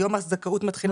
היום הזכאות מתחילה